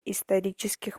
исторических